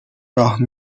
راه